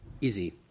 easy